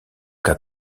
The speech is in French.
cas